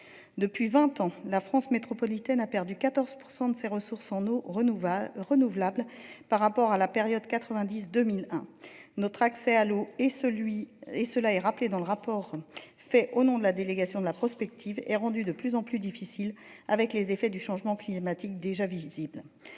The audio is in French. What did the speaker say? Depuis 20 ans la France métropolitaine a perdu 14% de ses ressources en eau renouvelable, renouvelable par rapport à la période 92.001 notre accès à l'eau et celui et ceux-là est rappelé dans le rapport fait au nom de la délégation de la prospective et rendue de plus en plus difficile avec les effets du changement climatique, déjà visible.